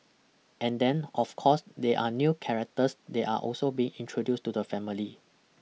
and then of course there are new characters that are also being introduced to the family